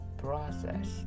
process